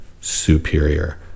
superior